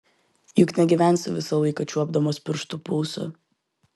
juk negyvensi visą laiką čiuopdamas pirštu pulsą